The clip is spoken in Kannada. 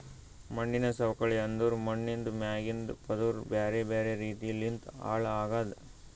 ಮಣ್ಣಿನ ಸವಕಳಿ ಅಂದುರ್ ಮಣ್ಣಿಂದ್ ಮ್ಯಾಗಿಂದ್ ಪದುರ್ ಬ್ಯಾರೆ ಬ್ಯಾರೆ ರೀತಿ ಲಿಂತ್ ಹಾಳ್ ಆಗದ್